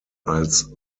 als